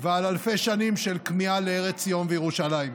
ועל אלפי שנים של כמיהה לארץ ציון וירושלים.